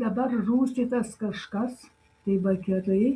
dabar rusijai tas kažkas tai vakarai